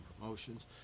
promotions